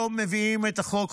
היום מביאים את החוק,